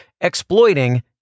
exploiting